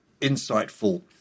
insightful